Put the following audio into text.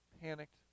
panicked